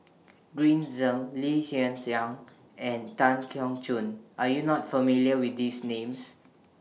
Green Zeng Lee Hsien Yang and Tan Keong Choon Are YOU not familiar with These Names